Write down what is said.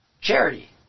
charity